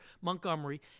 Montgomery